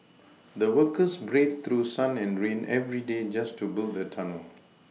the workers braved through sun and rain every day just to build the tunnel